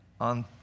on—